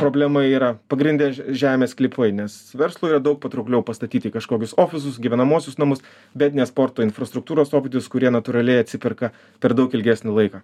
problema yra pagrinde žemės sklypai nes verslui yra daug patraukliau pastatyti kažkokius ofisus gyvenamuosius namus bet ne sporto infrastruktūros objektus kurie natūraliai atsiperka per daug ilgesnį laiką